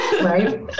right